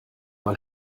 mal